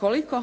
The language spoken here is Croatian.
Koliko,